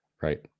Right